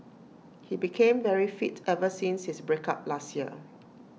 he became very fit ever since his break up last year